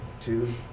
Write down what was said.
two